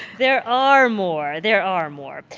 there are more. there are more.